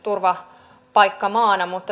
arvoisa puhemies